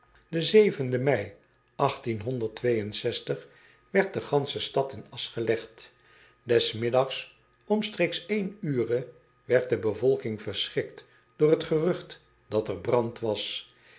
ei werd de gansche stad in de asch gelegd es middags omstreeks ure werd de bevolking verschrikt door het gerucht dat er brand was